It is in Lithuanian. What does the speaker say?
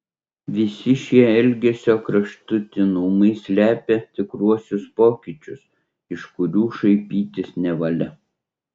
visi šie elgesio kraštutinumai slepia tikruosius pokyčius iš kurių šaipytis nevalia